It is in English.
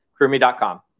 crewme.com